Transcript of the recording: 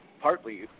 Partly